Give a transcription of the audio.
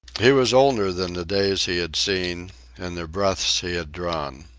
he was older than the days he had seen and the breaths he had drawn.